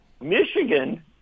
Michigan